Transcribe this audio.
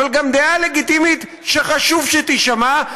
אבל גם דעה לגיטימית שחשוב שתישמע,